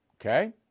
Okay